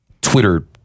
Twitter